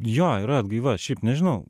jo yra atgaiva šiaip nežinau